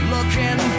Looking